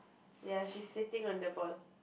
ya she sitting on the ball